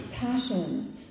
passions